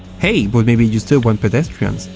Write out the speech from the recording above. hey, but maybe you still want pedestrians.